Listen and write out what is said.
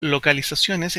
localizaciones